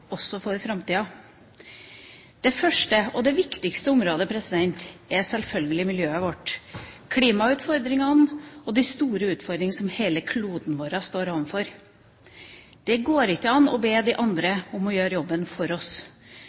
også for framtida. Det første og viktigste området er sjølsagt miljøet vårt; klimautfordringene og de store utfordringene som hele kloden vår står overfor. Det går ikke an å be andre om å gjøre jobben for oss.